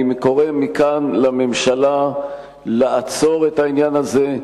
אני קורא מכאן לממשלה לעצור את העניין הזה,